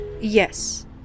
Yes